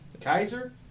Kaiser